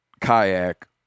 kayak